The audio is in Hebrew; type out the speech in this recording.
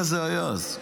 ככה זה היה אז,